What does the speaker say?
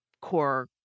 core